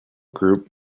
group